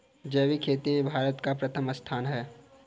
जैविक खेती में भारत का प्रथम स्थान है